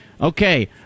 Okay